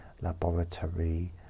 laboratory